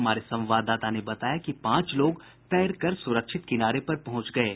हमारे संवाददाता ने बताया कि पांच लोग तैरकर सुरक्षित किनारे पर पहुंच गये हैं